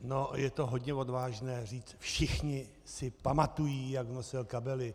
No, je to hodně odvážné říct všichni si pamatují, jak nosil kabely.